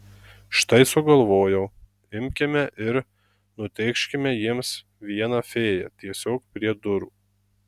štai sugalvojau imkime ir nutėkškime jiems vieną fėją tiesiog prie durų